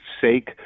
sake